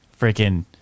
Freaking